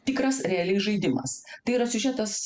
tikras realiai žaidimas tai yra siužetas